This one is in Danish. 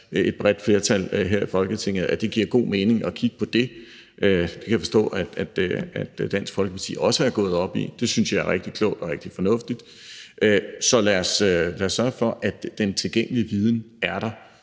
et bredt flertal her i Folketinget, giver god mening at kigge på. Det kan jeg forstå at Dansk Folkeparti også er gået op i. Det synes jeg er rigtig klogt og rigtig fornuftigt. Så lad os sørge for, at den tilgængelige viden er der.